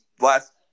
last